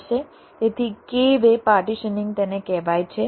તેથી k way partitioning તેને કહેવાય છે